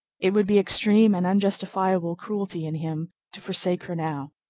it would be extreme and unjustifiable cruelty in him to forsake her now.